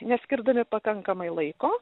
neskirdami pakankamai laiko